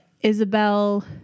Isabel